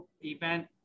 event